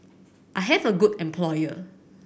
I have a good employer